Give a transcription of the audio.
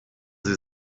sie